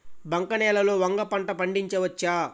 బంక నేలలో వంగ పంట పండించవచ్చా?